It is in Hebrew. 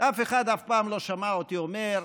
ואף אחד אף פעם לא שמע אותי אומר,